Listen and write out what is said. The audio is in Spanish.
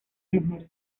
mujer